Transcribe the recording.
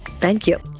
thank you.